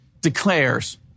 declares